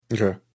Okay